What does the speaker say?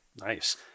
Nice